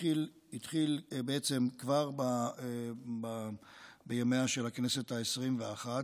התחילו בעצם כבר בימיה של הכנסת העשרים-ואחת.